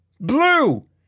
Blue